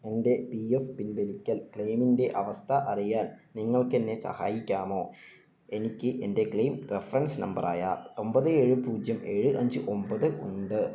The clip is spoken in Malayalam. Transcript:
എൻ്റെ പി എഫ് പിൻവലിക്കൽ ക്ലെയിമിൻ്റെ അവസ്ഥ അറിയാൻ നിങ്ങൾക്കെന്നെ സഹായിക്കാമോ എനിക്ക് എൻ്റെ ക്ലെയിം റഫറൻസ് നമ്പറായ ഒമ്പത് ഏഴ് പൂജ്യം ഏഴ് അഞ്ച് ഒമ്പത് ഉണ്ട്